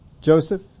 Joseph